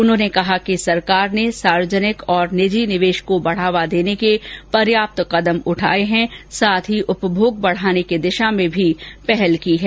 उन्होंने कहा कि सरकार ने सार्वजनिक और निजी निवेश को बढावा देने के लिए पर्याप्त कदम उठाये हैं साथ ही उपभोग बढाने की दिशा में भी पहल की है